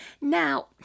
Now